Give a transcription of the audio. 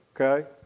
Okay